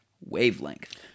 Wavelength